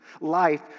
Life